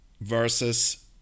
versus